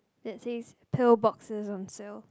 that say two boxes on sales